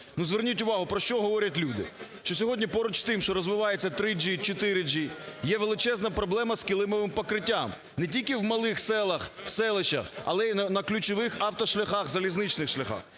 Зверніть увагу, про що говорять люди. Що сьогодні поруч з тим, що розвивається 3G, 4G є величезна проблема з килимовим покриттям не тільки в малих селах, селищах, але й на ключових автошляхах, залізничних шляхах.